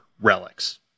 relics